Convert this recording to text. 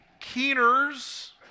Keeners